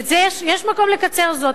ויש מקום לקצר זאת.